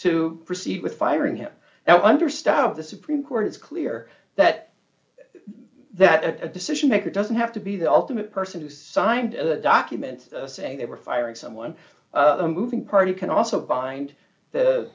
to proceed with firing him now understaffed the supreme court it's clear that that a decision maker doesn't have to be the ultimate person who signed the documents saying they were firing someone a moving party can also bind th